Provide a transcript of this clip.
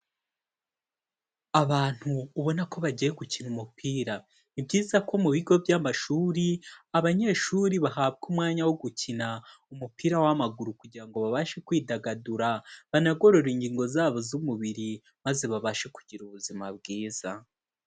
Abantu ubona ko bagiye gukina umupira, ni byiza ko mu bigo by'amashuri abanyeshuri bahabwa umwanya wo gukina umupira w'amaguru, kugira ngo babashe kwidagadura banagorore ingingo zabo z'umubiri, maze babashe kugira ubuzima bwiza.